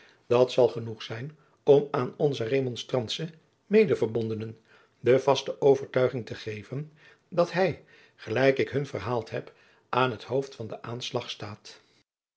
dat zal genoeg zijn om aan onze remonstrantsche medeverbondenen de vaste overtuiging te geven dat hij gelijk ik hun verhaald heb aan het hoofd van den aanslag staat